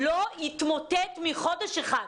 הוא לא יתמוטט מחודש אחד.